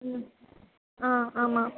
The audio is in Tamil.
ம் ஆ ஆமாம்